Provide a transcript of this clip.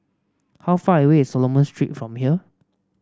how far away is Solomon Street from here